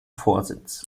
vorsitz